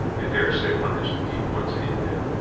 i daresay one has to keep one's hand in.